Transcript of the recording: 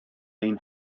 ein